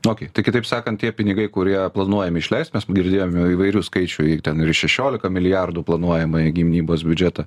okėj tai kitaip sakant tie pinigai kurie planuojami išleisti mes girdėjome įvairių skaičių į ten ir šešiolika milijardų planuojama ją gynybos biudžetą